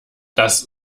das